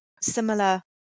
similar